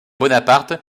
bonaparte